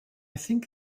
think